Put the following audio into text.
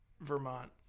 Vermont